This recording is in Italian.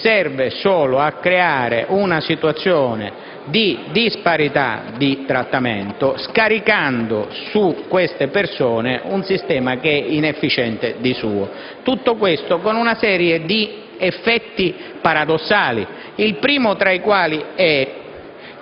serve solo a creare una situazione di disparità di trattamento, scaricando su queste persone un sistema di per sé inefficiente. Tutto ciò, con una serie di effetti paradossali, il primo dei quali è